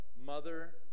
mother